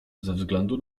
względu